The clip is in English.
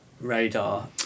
radar